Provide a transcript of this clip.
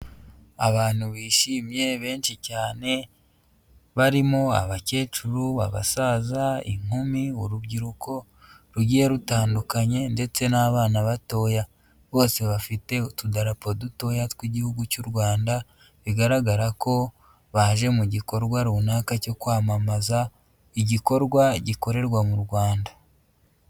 Abantu bishimye benshi cyane, barimo abakecuru, abasaza, inkumi, urubyiruko rugiye rutandukanye, ndetse n'abana batoya, bose bafite utudarapo dutoya tw'igihugu cy'u Rwanda, bigaragara ko baje mu gikorwa runaka cyo kwamamaza, igikorwa gikorerwa mu Rwanda.